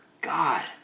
God